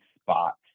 spots